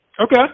okay